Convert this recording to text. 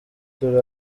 turi